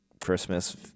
Christmas